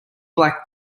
black